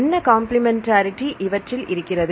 என்ன கம்பிளிமெண்டரிடி இவற்றில் இருக்கிறது